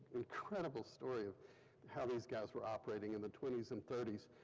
incredible story of how these guys were operating in the twenty s and thirty s,